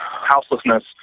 houselessness